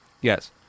Yes